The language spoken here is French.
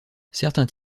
certains